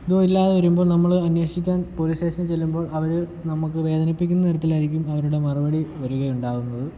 ഇതുമില്ലാതെ വരുമ്പോൾ നമ്മൾ അന്വേഷിക്കാൻ പോലീസ് സ്റ്റേഷനിൽ ചെല്ലുമ്പോൾ അവർ നമുക്ക് വേദനിപ്പിക്കുന്ന തരത്തിലായിരിക്കും അവരുടെ മറുപടി വരികയുണ്ടാകുന്നത്